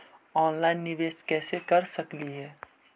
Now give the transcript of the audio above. Online निबेस कैसे कर सकली हे?